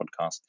podcast